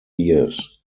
years